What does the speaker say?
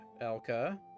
Elka